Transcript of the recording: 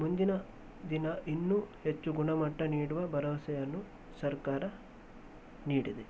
ಮುಂದಿನ ದಿನ ಇನ್ನೂ ಹೆಚ್ಚು ಗುಣಮಟ್ಟ ನೀಡುವ ಭರವಸೆಯನ್ನು ಸರ್ಕಾರ ನೀಡಿದೆ